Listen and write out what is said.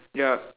ya